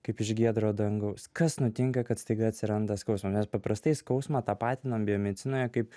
kaip iš giedro dangaus kas nutinka kad staiga atsiranda skausmas mes paprastai skausmą tapatinam biomedicinoje kaip